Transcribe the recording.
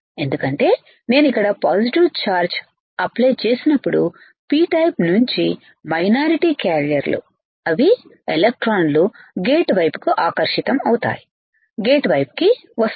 ఎందుకంటే నేను ఇక్కడ పాజిటివ్ ఛార్జ్ అప్లై చేసినప్పుడు p టైపు నుంచి మైనారిటీ క్యారియర్లు అవి ఎలక్ట్రాన్ లు గేట్ వైపుకు ఆకర్షితం అవుతాయిగేట్ వైపుకు వస్తాయి